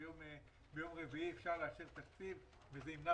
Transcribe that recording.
ביום רביעי אפשר לאשר תקציב וזה ימנע